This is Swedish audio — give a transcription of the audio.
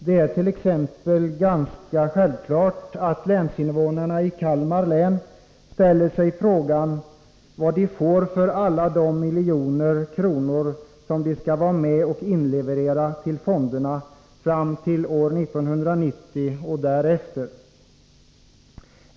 Det är t.ex. ganska självklart att länsinvånarna i Kalmar län ställer sig frågan vad de får för alla de miljoner kronor som de skall vara med och inleverera till fonderna fram till år 1990 och därefter.